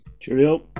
Cheerio